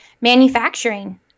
manufacturing